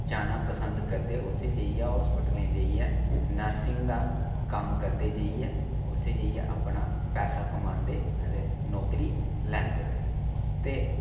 जाना पसंद करे उत्थै जेइयै होस्पिटलें जेइयै नर्सिंग दा कम्म करदे जेइयै उत्थे जेइयै अपना पैसा कमांदे अदे नौकरी लैंदे ते